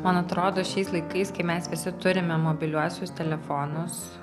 man atrodo šiais laikais kai mes visi turime mobiliuosius telefonus